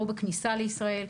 לא בכניסה לישראל,